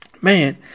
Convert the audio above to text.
man